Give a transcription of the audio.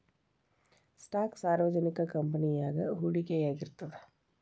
stock ಸಾರ್ವಜನಿಕ ಕಂಪನಿಯಾಗ ಹೂಡಿಕೆಯಾಗಿರ್ತದ